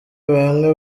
bamwe